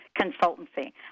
consultancy